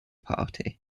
party